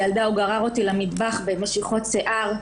הילדה" הוא גרר אותי למטבח במשיכות שיער.